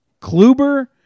Kluber